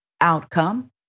outcome